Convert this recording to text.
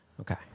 Okay